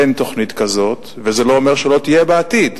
אין תוכנית כזאת, וזה לא אומר שלא תהיה בעתיד.